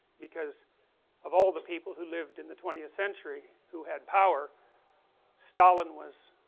because of all the people who lived in the twentieth century who had power stalin was